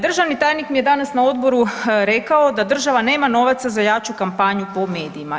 Državni tajnik mi je danas na odboru rekao da država nema novaca za jaču kampanju po medijima.